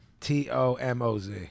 T-O-M-O-Z